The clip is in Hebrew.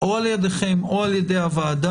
או על ידכם או על ידי הוועדה,